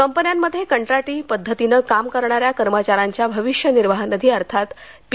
कंपन्यांमध्ये कंत्राटी पद्धतीनं काम करणाऱ्या कर्मचाऱ्यांच्या भविष्य निर्वाह निधी अर्थात पी